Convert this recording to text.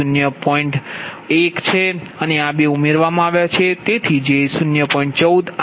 1છે અને આ બે ઉમેરવામાં આવ્યા છે